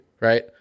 right